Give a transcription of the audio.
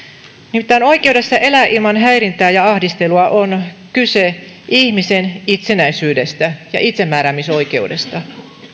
nimittäin oikeudessa elää ilman häirintää ja ahdistelua on kyse ihmisen itsenäisyydestä ja itsemääräämisoikeudesta